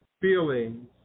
feelings